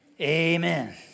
Amen